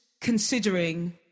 considering